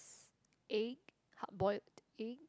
egg hard boiled egg